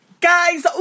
Guys